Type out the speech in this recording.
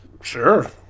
Sure